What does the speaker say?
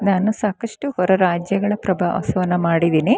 ನಾನು ಸಾಕಷ್ಟು ಹೊರ ರಾಜ್ಯಗಳ ಪ್ರವಾಸವನ್ನ ಮಾಡಿದೀನಿ